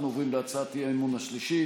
אנחנו עוברים להצעת אי-האמון השלישית,